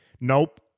nope